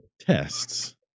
tests